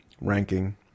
ranking